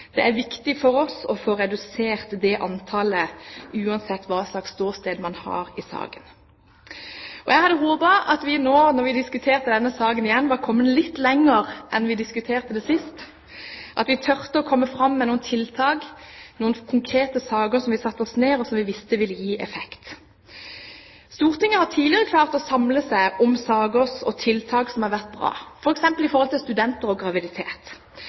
Det er viktig for oss å få redusert det antallet, uansett hva slags ståsted man har i saken. Jeg hadde håpet at vi nå, når vi diskuterte denne saken igjen, var kommet litt lenger enn da vi diskuterte dette sist, at vi turte å komme fram med noen tiltak, noen konkrete saker som vi visste ville gi effekt. Stortinget har tidligere klart å samle seg om saker og tiltak som har vært bra, f.eks. i forhold til studenter og graviditet.